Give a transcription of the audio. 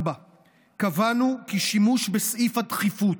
קבענו כי שימוש בסעיף הדחיפות,